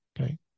okay